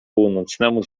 północnemu